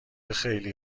خیلی